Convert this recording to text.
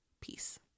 Peace